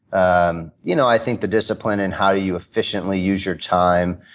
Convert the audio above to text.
um you know i think the discipline, and how you efficiently use your time,